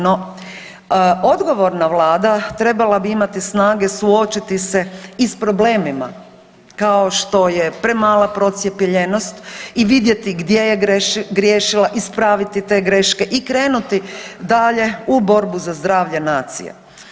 No odgovorna vlada trebala bi imati snage suočiti se i s problemima kao što je premala procijepljenost i vidjeti gdje je griješila, ispraviti te greške i krenuti dalje u borbu za zdravlje nacije.